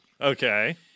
Okay